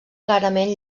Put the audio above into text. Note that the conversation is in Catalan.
clarament